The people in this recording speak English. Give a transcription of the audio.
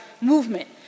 movement